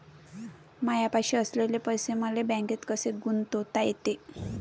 मायापाशी असलेले पैसे मले बँकेत कसे गुंतोता येते?